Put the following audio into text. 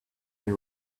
they